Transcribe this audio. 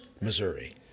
Missouri